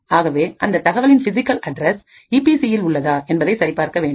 ஆகவே அந்த தகவலின் பிசிகல் அட்ரஸ் ஈபி சி இல் உள்ளதா என்பதை சரி பார்க்க வேண்டும்